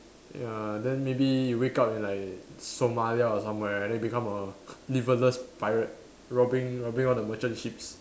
ya then maybe you wake up in like Somalia or somewhere and then become a liverless pirate robbing robbing all the merchant ships